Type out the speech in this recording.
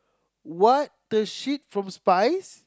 what the shit from spice